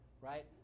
right